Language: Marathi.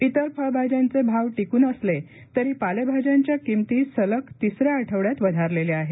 इतर फळभाज्यांचे भाव पिकून असले तरी पालेभाज्यांच्या किंमती सलग तिसऱ्या आठवड्यात वधारलेल्या आहेत